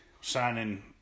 signing